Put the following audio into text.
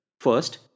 First